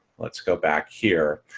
let's go back here.